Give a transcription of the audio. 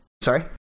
sorry